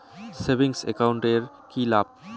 Savings account এর কি লাভ?